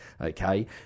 okay